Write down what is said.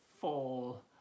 fall